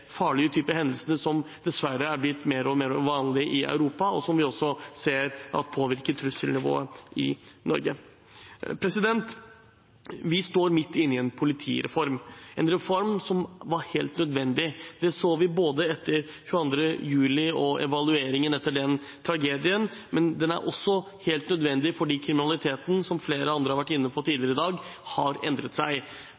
og mer vanlig i Europa, og som vi også ser påvirker trusselnivået i Norge. Vi står midt i en politireform – en reform som var helt nødvendig. Det så vi både etter 22. juli og i forbindelse med evalueringen etter den tragedien. Men den er også helt nødvendig fordi kriminaliteten, som flere andre har vært inne på